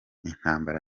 intambara